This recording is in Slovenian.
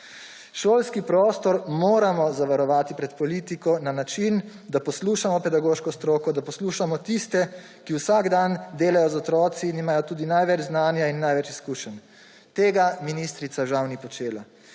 Šolski prostor moramo zavarovati pred politiko na način, da poslušamo pedagoško stroko, da poslušamo tiste, ki vsak dan delajo z otroki in imajo tudi največ znanja in največ izkušenj. Tega ministrica žal ni počela.